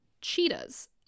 cheetahs